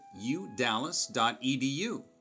udallas.edu